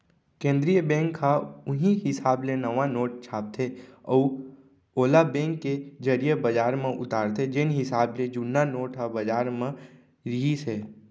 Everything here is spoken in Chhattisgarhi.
केंद्रीय बेंक ह उहीं हिसाब ले नवा नोट छापथे अउ ओला बेंक के जरिए बजार म उतारथे जेन हिसाब ले जुन्ना नोट ह बजार म रिहिस हे